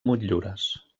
motllures